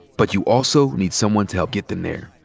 but you also need someone to help get them there.